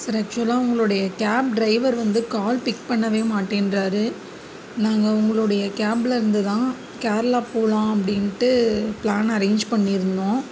sir ஆக்சுவலாக உங்கள் cab driver வந்து கால் பிக் பண்ணவே மாட்டேன்கிறாரு நாங்கள் உங்களுடைய கேப்லேருந்து தான் கேரளா போகலாம் அப்படின்ட்டு பிளான் அரேஞ் பண்ணியிருந்தோம்